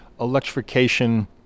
electrification